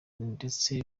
ndetse